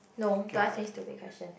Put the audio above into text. no don't ask me stupid question